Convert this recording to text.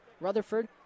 Rutherford